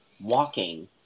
walking